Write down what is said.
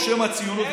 בשם הציונות,